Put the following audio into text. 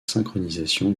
synchronisation